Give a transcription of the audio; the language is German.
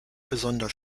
besonders